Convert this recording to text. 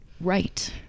right